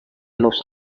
los